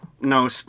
No